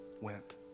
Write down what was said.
went